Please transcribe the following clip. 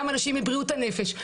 גם אנשים מבריאות הנפש.